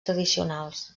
tradicionals